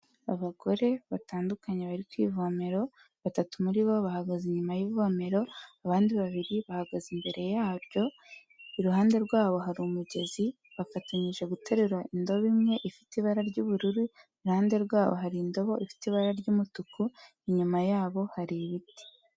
Abagore batandukanye bari kwivomero batatu muri bo bahagaze inyuma y'ivomero abandi babiri bahagaze imbere yaryo ,iruhande rwabo hari umugezi bafatanyije gutererura indobo imwe ifite ibara ry'ubururu iruhande rwabo hari indobo ifite ibara ry'umutuku inyuma yabo hari ibiti.